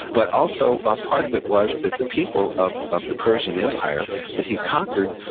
but also, a part of it was that the people of of the persian empire that he conquered,